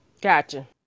Gotcha